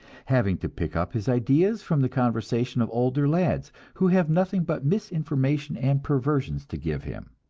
having to pick up his ideas from the conversation of older lads, who have nothing but misinformation and perversions to give him.